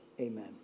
Amen